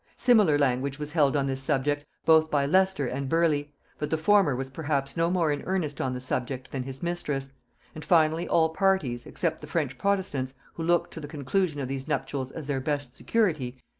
similar language was held on this subject both by leicester and burleigh but the former was perhaps no more in earnest on the subject than his mistress and finally all parties, except the french protestants, who looked to the conclusion of these nuptials as their best security,